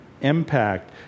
impact